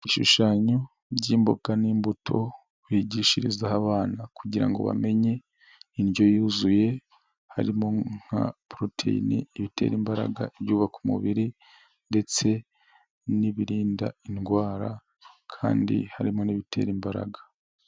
Ibishushanyo by'imboga n'imbuto, bigishiriza abana kugira ngo bamenye, indyo yuzuye harimo, nka poroteyini, ibitera imbaraga, ibyubaka umubiri ndetse n'ibirinda indwara kandi harimo n'ibitera imbaraga.